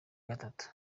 gatatu